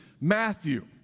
Matthew